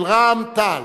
קריאה: